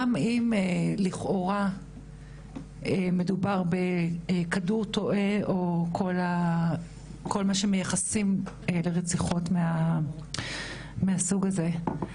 גם אם לכאורה מדובר בכדור תועה או כל מה שמייחסים לרציחות מהסוג הזה.